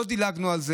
לא דילגנו על זה.